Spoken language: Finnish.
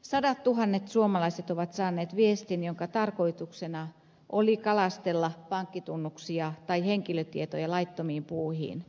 sadattuhannet suomalaiset ovat saaneet viestin jonka tarkoituksena oli kalastella pankkitunnuksia tai henkilötietoja laittomiin puuhiin